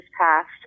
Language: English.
passed